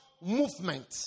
movement